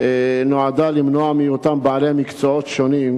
נועדה למנוע מאותם בעלי מקצועות שונים,